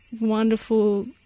wonderful